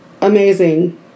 amazing